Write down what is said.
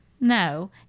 no